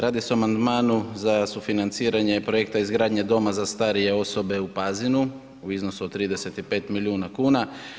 Radi se o amandmanu za sufinanciranje projekta izgradnje Doma za starije osobe u Pazinu u iznosu od 35 milijuna kuna.